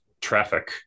traffic